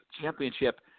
championship